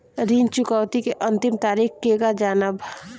ऋण चुकौती के अंतिम तारीख केगा जानब?